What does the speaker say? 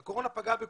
שהוא ידע להסתדר.